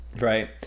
right